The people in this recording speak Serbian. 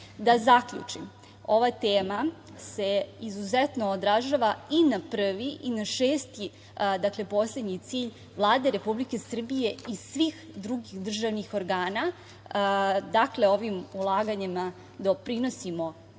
zaključim, ova tema se izuzetno održava i na prvi i na šesti poslednji cilj Vlade Republike Srbije i svih drugih državnih organa. Ovim ulaganjima doprinosimo